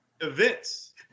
Events